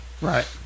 Right